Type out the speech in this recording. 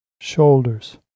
shoulders